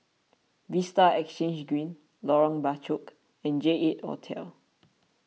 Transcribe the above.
Vista Exhange Green Lorong Bachok and J eight Hotel